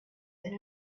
than